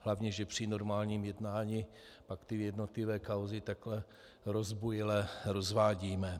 Hlavně, že při normálním jednání pak ty jednotlivé kauzy takhle rozbujele rozvádíme.